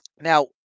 Now